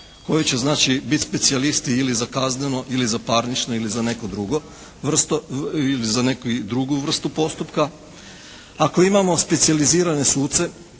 koji će znači biti specijalisti ili za kazneno ili za parničnu ili za neku drugu vrstu postupka. Ako imamo specijalizirane suce